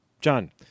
John